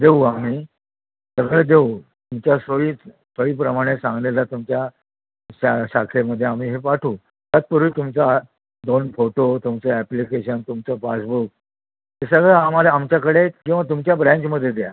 देऊ आम्ही सगळं देऊ तुमच्या सोयी सोईप्रमाणे सांगलीला तुमच्या शा शाखेमध्ये आम्ही हे पाठवू तत्पूर्वी तुमचा दोन फोटो तुमचं ॲप्लिकेशन तुमचं पासबुक हे सगळं आम्हाला आमच्याकडे किंवा तुमच्या ब्रँचमध्ये द्या